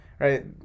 Right